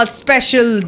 special